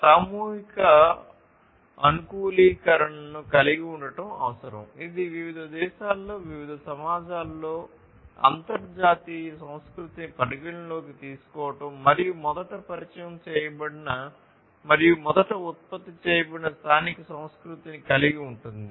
కాబట్టి సామూహిక అనుకూలీకరణను కలిగి ఉండటం అవసరం ఇది వివిధ దేశాలలో వివిధ సమాజాలలో అంతర్జాతీయ సంస్కృతిని పరిగణనలోకి తీసుకోవడం మరియు మొదట పరిచయం చేయబడిన మరియు మొదట ఉత్పత్తి చేయబడిన స్థానిక సంస్కృతిని కలిగి ఉంటుంది